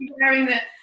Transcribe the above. wearing the